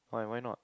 why why not